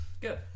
good